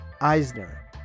Eisner